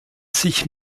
sich